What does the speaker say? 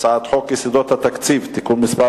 אני קובע שהצעת חוק האזרחים הוותיקים (תיקון מס'